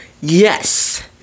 Yes